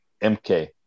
MK